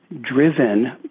driven